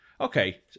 Okay